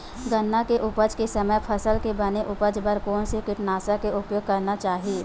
गन्ना के उपज के समय फसल के बने उपज बर कोन से कीटनाशक के उपयोग करना चाहि?